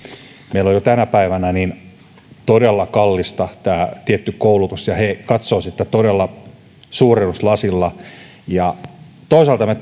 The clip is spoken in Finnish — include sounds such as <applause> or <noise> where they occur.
meillä on jo tänä päivänä todella kallista tämä tietty koulutus ja he katsovat sitä todella suurennuslasilla toisaalta me <unintelligible>